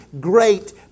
great